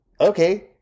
Okay